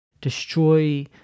destroy